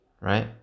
right